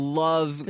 love